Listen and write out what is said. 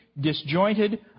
disjointed